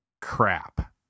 Crap